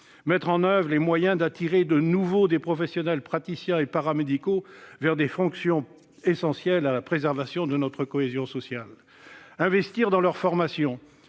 mettre en oeuvre les moyens d'attirer, de nouveau, des professionnels praticiens et paramédicaux vers des fonctions essentielles à la préservation de notre cohésion sociale. Nous devons investir dans la formation